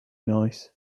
nice